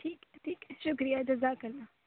ٹھیک ٹھیک ہے شُکریہ جزاک اللہ